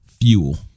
fuel